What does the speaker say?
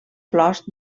flors